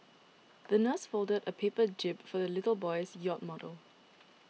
the nurse folded a paper jib for the little boy's yacht model